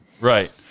right